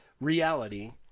reality